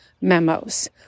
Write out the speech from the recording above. memos